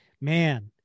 man